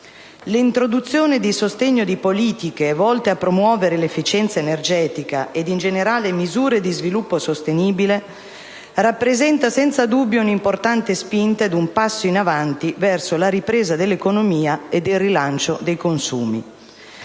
L'introduzione di misure di sostegno a politiche volte a promuovere l'efficienza energetica e, in generale, di misure per lo sviluppo sostenibile rappresenta senza dubbio un'importante spinta ed un passo avanti verso la ripresa dell'economia e del rilancio dei consumi.